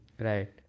Right